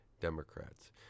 Democrats